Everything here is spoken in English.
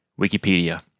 Wikipedia